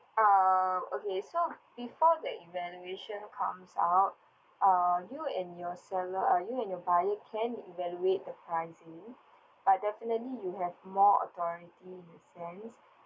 uh okay so before that evaluation comes out uh you and your seller uh you and your buyer can't evaluate the pricing but definitely you have more authority in a sense